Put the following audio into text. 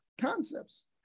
concepts